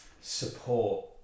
support